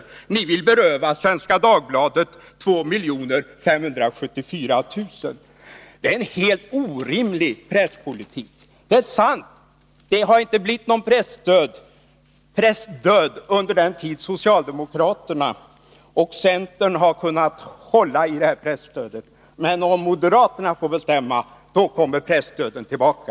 Moderaterna vill beröva Svenska Dagbladet 2 574 000 kr. Detta är en helt orimlig presspolitik. Det är sant att det inte har blivit någon pressdöd under den tid då socialdemokraterna och centern kunde hålla i presstödet. Men om moderaterna får bestämma, då kommer pressdöden tillbaka.